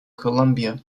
columbia